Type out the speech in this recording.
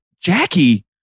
Jackie